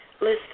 Listen